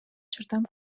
жардам